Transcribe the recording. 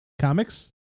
comics